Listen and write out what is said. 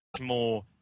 more